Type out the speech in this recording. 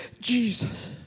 Jesus